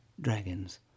dragons